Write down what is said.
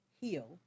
heal